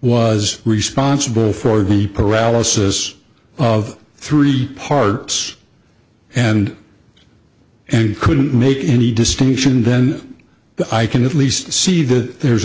was responsible for the paralysis of three parts and and couldn't make any distinction then i can at least see that there's a